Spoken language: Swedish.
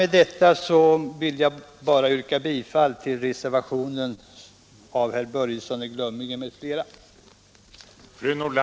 Med detta vill jag yrka bifall till reservationen av herr Börjesson i Glömminge m.fl.